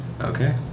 Okay